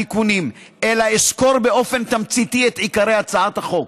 אלא אסקור באופן תמציתי את עיקרי הצעת החוק.